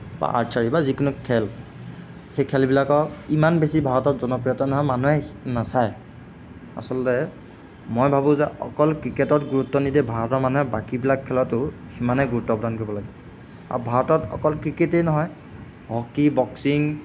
বা আৰ্চাৰী বা যিকোনো খেল সেই খেলবিলাকৰ ইমান বেছি ভাৰতত জনপ্ৰিয়তা নহয় মানুহে নাচায় আচলতে মই ভাবোঁ যে অকল ক্ৰিকেটত গুৰুত্ব নিদিয়েই ভাৰতৰ মানুহে বাকীবিলাক খেলতো সিমানে গুৰুত্ব প্ৰদান কৰিব লাগে আৰু ভাৰতত অকল ক্ৰিকেটেই নহয় হকী বক্সিং